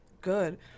good